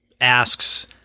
asks